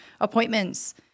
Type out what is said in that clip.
appointments